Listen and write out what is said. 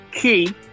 key